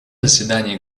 заседании